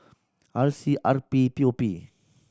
R C R P P O P